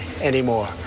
anymore